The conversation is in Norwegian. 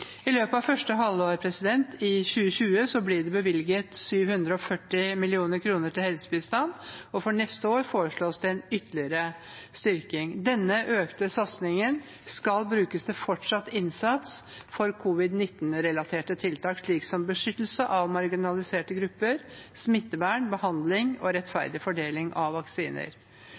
I løpet av første halvår 2020 ble det bevilget 740 mill. kr til helsebistand, og for neste år foreslås det en ytterligere styrking. Denne økte satsingen skal brukes til fortsatt innsats for covid-19-relaterte tiltak, som beskyttelse av marginaliserte grupper, smittevern, behandling og rettferdig fordeling av vaksiner.